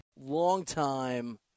Longtime